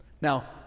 Now